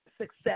success